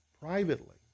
privately